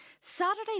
Saturday